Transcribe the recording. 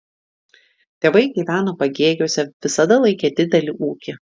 tėvai gyvena pagėgiuose visada laikė didelį ūkį